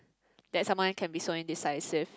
that someone can be so indecisive